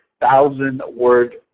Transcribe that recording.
thousand-word